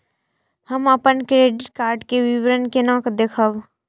हम अपन credit card के विवरण केना देखब?